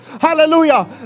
Hallelujah